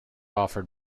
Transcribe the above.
offered